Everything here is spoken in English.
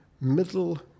middle